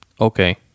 Okay